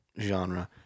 genre